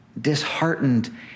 disheartened